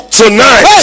tonight